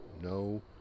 no